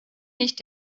nicht